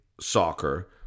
Soccer